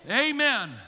Amen